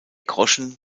groschen